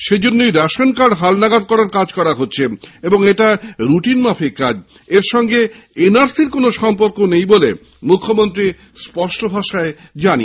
সেজন্য ration card হাল নাগাদ করার কাজ হচ্ছে এবং এটা রুটিন কাজ এর সঙ্গে এন আর সি র কোন সম্পর্ক নেই বলে মুখ্যমন্ত্রী জানান